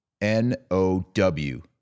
N-O-W